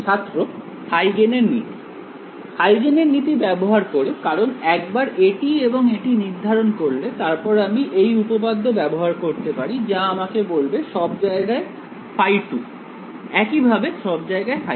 ছাত্র হাইগেন এর নীতি হাইগেন এর নীতি ব্যবহার করে কারণ একবার এটি এবং এটি নির্ধারণ করা হয়ে গেলে তারপর আমি এই উপপাদ্য ব্যবহার করতে পারি যা আমাকে সব জায়গায় ϕ2 বলবে এবং একই ভাবে সব জায়গায় ϕ1